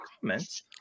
comments